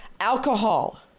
alcohol